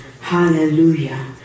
Hallelujah